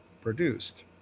produced